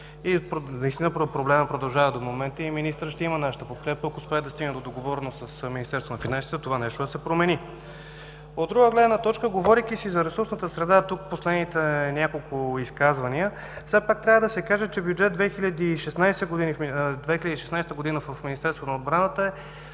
взети, проблемът продължава до момента и министърът ще има нашата подкрепа, ако успее да стигне до договореност с Министерството на финансите, това нещо да се промени. От друга гледна точка, говорейки си за ресурсната среда – тук, последните няколко изказвания, все пак трябва да се каже, че Бюджет 2016 г. в Министерството на отбраната е